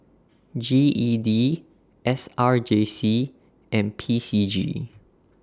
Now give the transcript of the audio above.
G E D S R J C and P C G